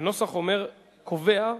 הנוסח קובע: